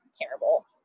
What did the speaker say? terrible